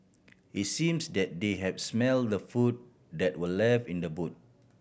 it's seems that they had smelt the food that were left in the boot